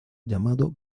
llamado